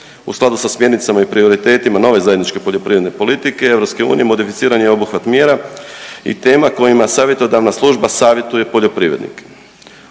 U skladu sa smjernicama i prioritetima nove zajedničke poljoprivredne politike EU modificiran je obuhvat mjera i tema kojima savjetodavna služba savjetuje poljoprivrednike.